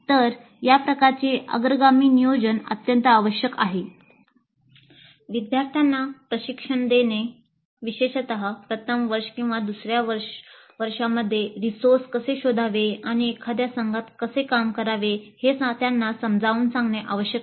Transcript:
तर या प्रकारचे अग्रगामी नियोजन अत्यंत आवश्यक आहे